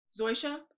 Zoisha